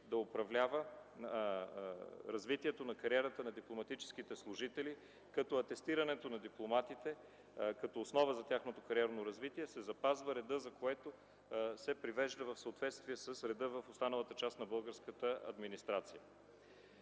да управлява развитието на кариерата на дипломатическите служители като при атестирането на дипломатите като основа за тяхното кариерно развитие се запазва редът, и се привежда в съответствие с реда в останалата част на българската администрация.